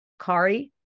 Kari